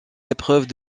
épreuves